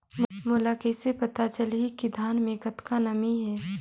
मोला कइसे पता चलही की धान मे कतका नमी हे?